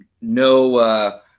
no –